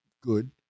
good